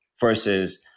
versus